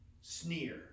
sneer